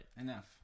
enough